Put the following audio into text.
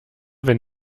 wenn